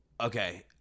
okay